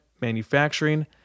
manufacturing